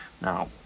Now